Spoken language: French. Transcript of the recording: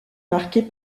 marquée